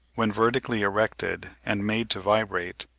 when vertically erected and made to vibrate,